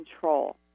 control